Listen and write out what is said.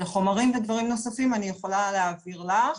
וחומרים ודברים נוספים אני יכולה להעביר לך